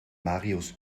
marius